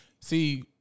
See